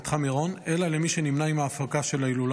מירון אלא למי שנמנה עם ההפקה של ההילולה.